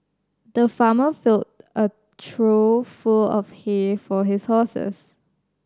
the farmer filled a trough full of hay for his horses